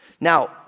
Now